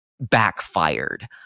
backfired